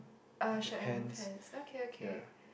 a shirt and pants okay okay